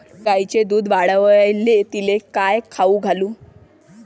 गायीचं दुध वाढवायले तिले काय खाऊ घालू?